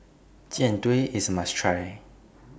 Jian Dui IS must Try